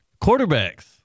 Quarterbacks